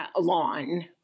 lawn